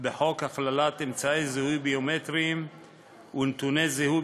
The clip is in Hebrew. הכללת אמצעי זיהוי ביומטריים ונתוני זיהוי